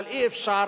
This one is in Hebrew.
אבל אי-אפשר